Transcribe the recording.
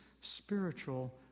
spiritual